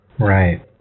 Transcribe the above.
Right